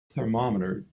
thermometer